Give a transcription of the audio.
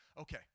Okay